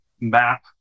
map